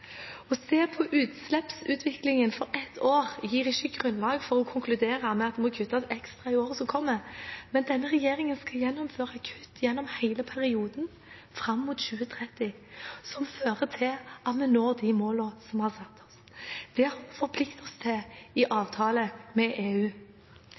Å se på utslippsutviklingen for ett år gir ikke grunnlag for å konkludere med at det må kuttes ekstra i årene som kommer. Men denne regjeringen skal gjennomføre kutt gjennom hele perioden fram mot 2030, som fører til at vi når de målene som vi har satt oss. Det har vi forpliktet oss til i